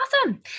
Awesome